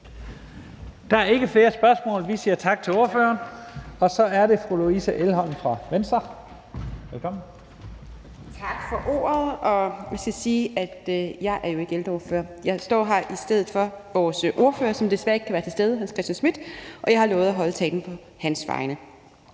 Der er ikke flere spørgsmål. Vi siger tak til ordføreren, og så er det fru Louise Elholm fra Venstre. Velkommen. Kl. 11:52 (Ordfører) Louise Elholm (V): Tak for ordet. Jeg skal sige, at jeg ikke er ældreordfører. Jeg står her i stedet for vores ordfører, som desværre ikke kan være til stede, nemlig Hr. Hans Christian Schmidt, og jeg har lovet at holde talen på hans vegne.